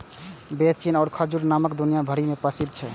बेर या चीनी खजूरक नाम सं दुनिया भरि मे प्रसिद्ध छै